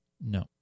No